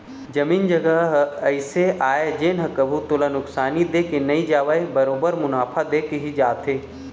जमीन जघा ह अइसे आय जेन ह कभू तोला नुकसानी दे के नई जावय बरोबर मुनाफा देके ही जाथे